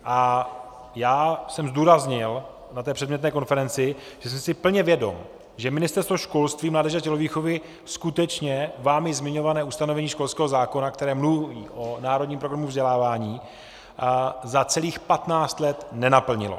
A já jsem zdůraznil na té předmětné konferenci, že jsem si plně vědom, že Ministerstvo školství, mládeže a tělovýchovy skutečně vámi zmiňované ustanovení školského zákona, které mluví o Národním programu vzdělávání, za celých 15 let nenaplnilo.